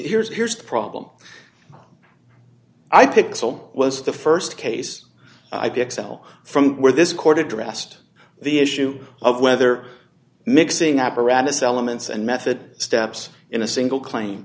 here's here's the problem i picked seoul was the st case i ve excel from where this court addressed the issue of whether mixing apparatus elements and method steps in a single claim